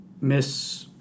miss